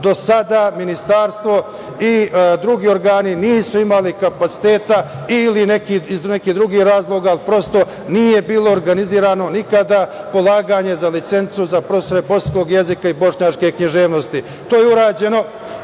do sada ministarstvo i drugi organi nisu imali kapaciteta ili iz nekih drugih razloga, ali prosto nije bilo organizovano nikada polaganje za licencu za profesore bosanskog jezika i bošnjačke književnosti. To je urađeno